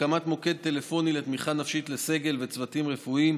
מקימים מוקד טלפוני לתמיכה נפשית לסגל ולצוותים רפואיים.